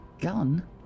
Gun